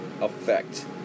effect